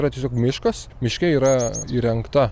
yra tiesiog miškas miške yra įrengta